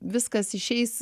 viskas išeis